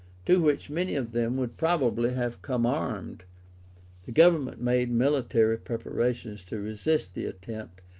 to which many of them would probably have come armed the government made military preparations to resist the attempt,